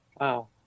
wow